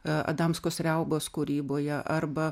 adamskos riaubos kūryboje arba